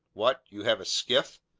what! you have a skiff?